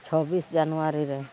ᱪᱷᱚᱵᱽᱵᱤᱥ ᱡᱟᱱᱩᱣᱟᱨᱤ ᱨᱮ